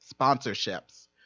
sponsorships